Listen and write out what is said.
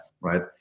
right